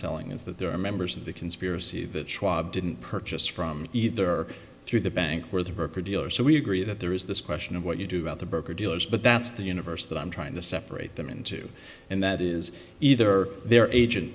thing is that there are members of the conspiracy that schwab didn't purchase from either through the bank where the broker dealer so we agree that there is this question of what you do about the broker dealers but that's the universe that i'm trying to separate them into and that is either their agent